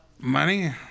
Money